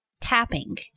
tapping